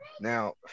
Now